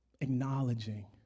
Acknowledging